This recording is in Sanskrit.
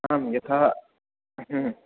आं यथा